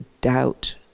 doubt